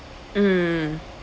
mm